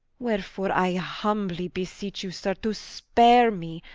wherefore i humbly beseech you sir, to spare me,